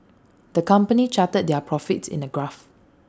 the company charted their profits in A graph